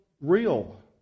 real